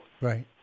Right